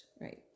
right